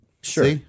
sure